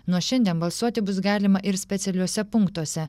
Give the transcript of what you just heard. nuo šiandien balsuoti bus galima ir specialiuose punktuose